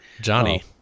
Johnny